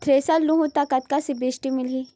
Thresher लेहूं त कतका सब्सिडी मिलही?